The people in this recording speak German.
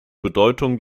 bedeutung